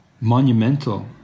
monumental